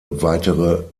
weitere